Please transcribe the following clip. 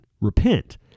repent